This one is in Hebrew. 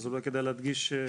אז אולי כדאי להדגיש שלא.